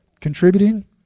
Contributing